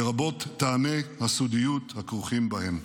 לרבות טעמי הסודיות הכרוכים בהן.